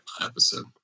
episode